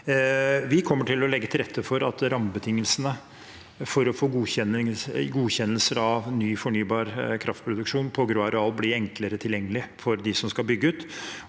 å legge til rette for at rammebetingelsene for å få godkjennelse av ny fornybar kraftproduksjon på grå areal blir enklere tilgjengelig for dem som skal bygge ut.